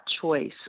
choice